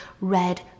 red